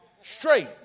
Straight